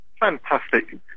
Fantastic